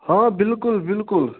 ہاں بلکُل بلکُل